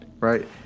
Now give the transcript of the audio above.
right